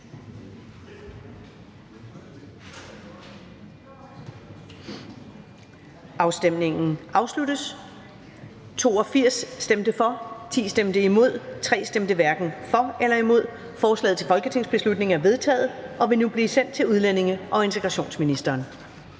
V (ved en fejl)), hverken for eller imod stemte 3 (NB). Forslaget til folketingsbeslutning er vedtaget og vil nu blive sendt til udlændinge- og integrationsministeren.